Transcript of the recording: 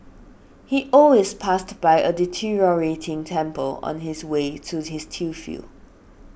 he always passed by a deteriorating temple on his way to his tea field